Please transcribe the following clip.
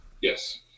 Yes